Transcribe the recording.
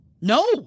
No